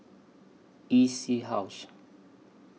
E C House